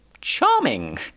charming